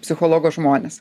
psichologo žmonės